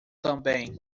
também